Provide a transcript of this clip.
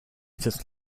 just